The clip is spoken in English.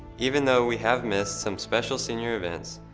even though we have missed some special senior events,